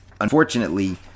unfortunately